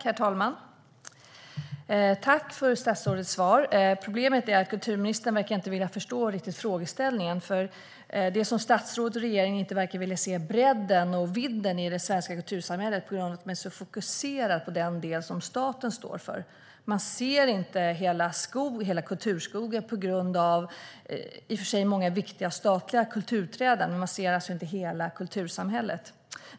Herr talman! Tack för statsrådets svar! Problemet är att kulturministern inte riktigt verkar vilja förstå frågeställningen. Det är som om statsrådet och regeringen inte verkar vilja se bredden och vidden i det svenska kultursamhället på grund av att de är så fokuserade på den del som staten står för. Man ser inte hela kulturskogen på grund av de många statliga kulturträden. De är i och för sig viktiga, men man ser inte hela kultursamhället.